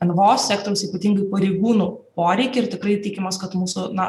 nvo sektoriaus ypatingai pareigūnų poreikį ir tikrai tikimės kad mūsų na